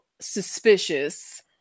suspicious